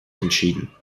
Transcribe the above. entschieden